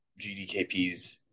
GDKPs